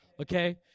okay